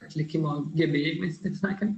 atlikimo gebėjimais taip sakant